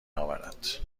اورد